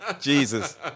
Jesus